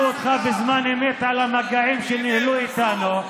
אותך בזמן אמת על המגעים שניהלו איתנו.